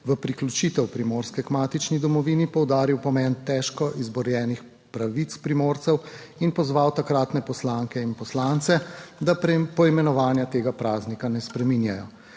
v priključitev Primorske k matični domovini poudaril pomen težko izborjenih pravic Primorcev in pozval takratne poslanke in poslance, da poimenovanja tega praznika ne spreminjajo.